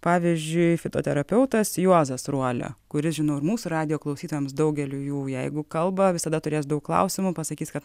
pavyzdžiui fitoterapeutas juozas ruolia kuris žino ir mūsų radijo klausytojams daugeliui jų jeigu kalba visada turės daug klausimų pasakys kad